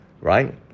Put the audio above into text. right